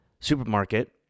supermarket